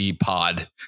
pod